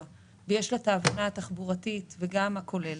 ויש לה את ההבנה התחבורתית וגם הכוללת,